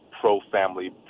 pro-family